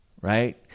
right